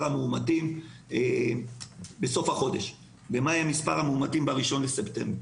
המאומתים בסוף החודש ומה יהיה מספר המאומתים ב-1 בספטמבר.